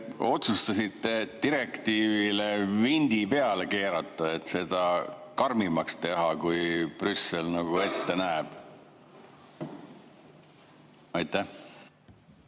otsustasite direktiivile vindi peale keerata, et seda karmimaks teha, kui Brüssel ette näeb? Hea